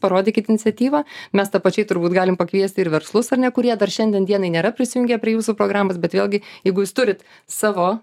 parodykit iniciatyvą mes tapačiai turbūt galim pakviesti ir verslus ar ne kurie dar šiandien dienai nėra prisijungę prie jūsų programos bet vėlgi jeigu jūs turit savo